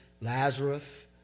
Lazarus